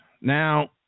Now